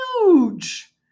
huge